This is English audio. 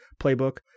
playbook